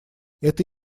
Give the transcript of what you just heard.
это